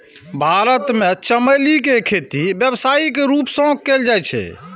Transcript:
भारत मे चमेली के खेती व्यावसायिक रूप सं कैल जाइ छै